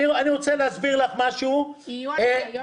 יהיו הנחיות?